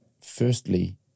firstly